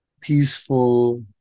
peaceful